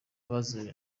abazize